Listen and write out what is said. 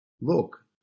Look